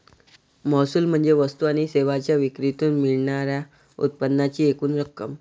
महसूल म्हणजे वस्तू आणि सेवांच्या विक्रीतून मिळणार्या उत्पन्नाची एकूण रक्कम